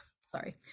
sorry